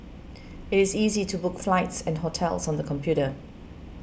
it is easy to book flights and hotels on the computer